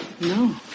No